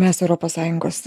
mes europos sąjungos